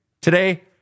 Today